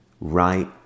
right